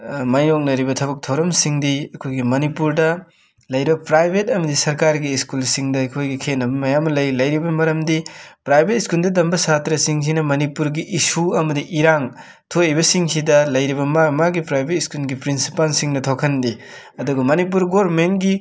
ꯃꯥꯏꯌꯣꯛꯅꯔꯤꯕ ꯊꯕꯛ ꯊꯧꯔꯝꯁꯤꯡꯗꯤ ꯑꯩꯈꯣꯏꯒꯤ ꯃꯅꯤꯄꯨꯔꯗ ꯂꯩꯔꯤꯕ ꯄ꯭ꯔꯥꯏꯕꯦꯠ ꯑꯃꯗꯤ ꯁꯔꯀꯥꯔꯒꯤ ꯁ꯭ꯀꯨꯜꯁꯤꯡꯗ ꯑꯩꯈꯣꯏꯒꯤ ꯈꯦꯠꯅꯕ ꯃꯌꯥꯝ ꯑꯃ ꯂꯩ ꯂꯩꯔꯤꯕꯒꯤ ꯃꯔꯝꯗꯤ ꯄ꯭ꯔꯥꯏꯕꯦꯠ ꯁ꯭ꯀꯨꯜꯗ ꯇꯝꯕ ꯁꯥꯇ꯭ꯔꯁꯤꯡꯁꯤꯅ ꯃꯅꯤꯄꯨꯔꯒꯤ ꯏꯁꯨ ꯑꯃꯗꯤ ꯏꯔꯥꯡ ꯊꯣꯛꯏꯕꯁꯤꯡꯁꯤꯗ ꯂꯩꯔꯤꯕ ꯑꯃ ꯑꯃꯒꯤ ꯄ꯭ꯔꯥꯏꯕꯦꯠ ꯁ꯭ꯨꯀꯜꯒꯤ ꯄ꯭ꯔꯤꯟꯁꯤꯄꯥꯜꯁꯤꯡꯅ ꯊꯣꯛꯍꯟꯗꯦ ꯑꯗꯨꯒ ꯃꯅꯤꯄꯨꯔ ꯒꯣꯔꯃꯦꯟꯒꯤ